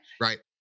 right